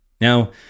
Now